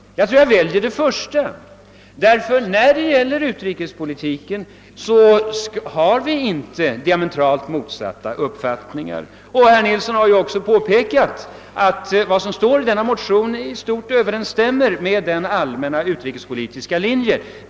Jag väljer det första, därför att när det gäller utrikespolitiken har vi båda inte några diametralt motsatta uppfattningar. Herr Nilsson har också påpekat att vad som står i denna motion i stort sett överensstämmer med denna allmänna utrikespolitiska linje.